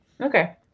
okay